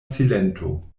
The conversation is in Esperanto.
silento